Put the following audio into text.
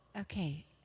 Okay